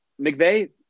McVeigh